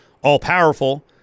all-powerful